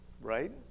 Right